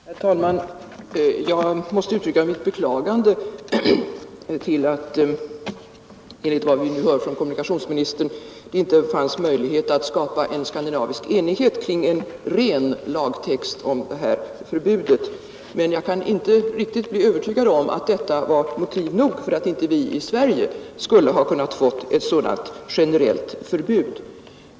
Herr talman! Jag måste uttrycka mitt beklagande över att det, efter vad vi nu fick höra från kommunikationsministern, inte fanns möjligheter att skapa skandinavisk enighet kring en ”ren” lagtext beträffande detta förbud. Men jag kan inte riktigt bli övertygad om att det var motiv nog för att inte vii Sverige skulle ha kunnat få ett sådan generellt förbud.